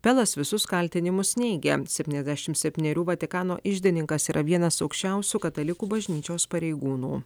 belas visus kaltinimus neigia septyniasdešimt septynerių vatikano iždininkas yra vienas aukščiausių katalikų bažnyčios pareigūnų